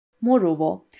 Moreover